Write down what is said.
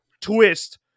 Twist